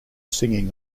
singing